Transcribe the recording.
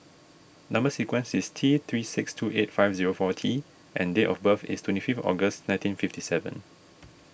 Number Sequence is T three six two eight five zero four T and date of birth is twenty fifth August nineteen fifty seven